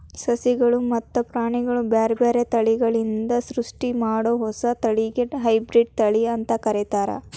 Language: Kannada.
ಸಸಿಗಳು ಮತ್ತ ಪ್ರಾಣಿಗಳ ಬ್ಯಾರ್ಬ್ಯಾರೇ ತಳಿಗಳಿಂದ ಸೃಷ್ಟಿಮಾಡೋ ಹೊಸ ತಳಿಗೆ ಹೈಬ್ರಿಡ್ ತಳಿ ಅಂತ ಕರೇತಾರ